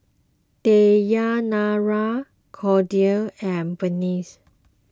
Dayanara Claudine and